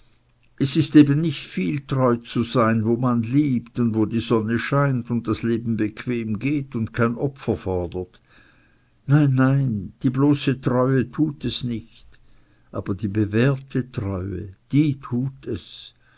es ist eben nicht viel treu zu sein wo man liebt und wo die sonne scheint und das leben bequem geht und kein opfer fordert nein nein die bloße treue tut es nicht aber die bewährte treue die tut es